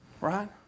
Right